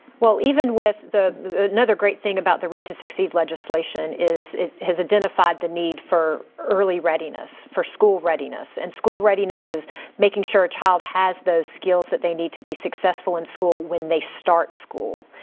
well, even with another great thing about the read to succeed legislation is it has identified the need for early readiness, for school readiness. and school readiness is making sure a child has those skills that they need to be successful in school when they start school.